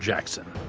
jackson.